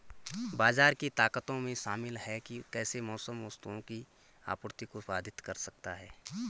बाजार की ताकतों में शामिल हैं कि कैसे मौसम वस्तुओं की आपूर्ति को बाधित कर सकता है